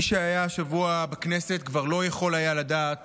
מי שהיה השבוע בכנסת כבר לא יכול היה לדעת